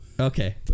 okay